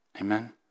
Amen